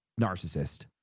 narcissist